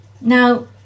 Now